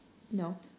no